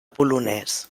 polonès